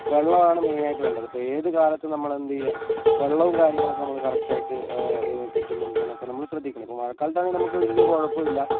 വെള്ളമാണ് മെയിൻ ആയിട്ട് വേണ്ടത് ഇപ്പോൾ ഏതുകാലത്തും നമ്മൾ എന്ത് ചെയ്യാ വെള്ളവും കാര്യങ്ങളൊക്കെ നമ്മള് കറക്റ്റ് ആയിട്ട് കിട്ടുന്നുണ്ടോയെന്നൊക്കെ നമ്മള് ശ്രദ്ധിക്കണം ഇപ്പോൾ മഴക്കാലത്ത് ആണെങ്കിൽ നമുക്ക് വലിയ കുഴപ്പമില്ല